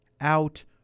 out